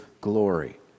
glory